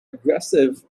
aggressive